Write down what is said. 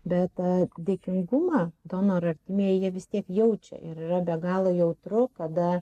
bet dėkingumą donoro artimieji jie vis tiek jaučia ir yra be galo jautru kada